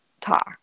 talk